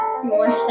more